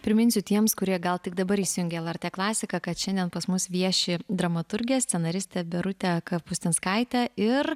priminsiu tiems kurie gal tik dabar įsijungė lrt klasiką kad šiandien pas mus vieši dramaturgė scenaristė birutė kapustinskaitė ir